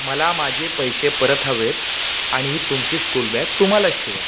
मला माझे पैसे परत हवेत आणि ही तुमची स्कूल बॅग तुम्हालाच ठेवा